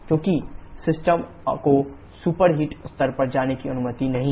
क्योंकि सिस्टम को सुपरहिट स्तर पर जाने की अनुमति नहीं है